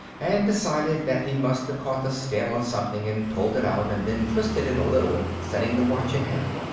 and decided that he must have caught the stem on something and pulled it out, and then twisted it a little, setting the watch ahead.